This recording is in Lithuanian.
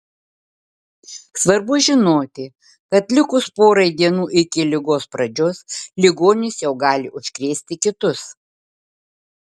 svarbu žinoti kad likus porai dienų iki ligos pradžios ligonis jau gali užkrėsti kitus